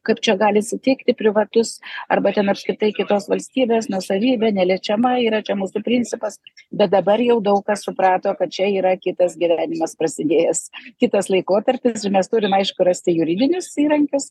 kaip čia gali sutikti privatus arba ten apskritai kitos valstybės nuosavybė neliečiama yra čia mūsų principas bet dabar jau daug kas suprato kad čia yra kitas gyvenimas prasidėjęs kitas laikotarpis ir mes turim aišku rasti juridinius įrankius